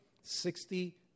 sixty